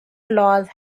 laws